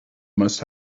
must